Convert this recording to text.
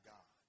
God